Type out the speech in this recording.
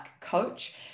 coach